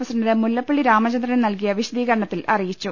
പ്രസി ഡന്റ് മുല്ലപ്പള്ളി രാമചന്ദ്രന് നൽകിയ വിശദീകരണത്തിൽ അറിയിച്ചു